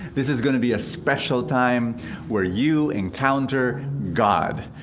this is going to be a special time where you encounter god.